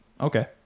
Okay